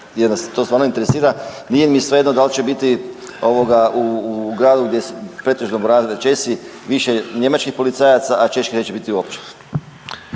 to stvarno interesira. Nije mi svejedno da li će biti u gradu gdje pretežno borave Česi više njemačkih policajaca, a čeških neće biti uopće?